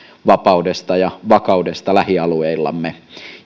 vapaudesta ja vakaudesta lähialueillamme